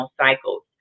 cycles